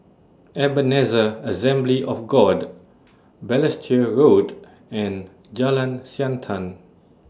Ebenezer Assembly of God Balestier Road and Jalan Siantan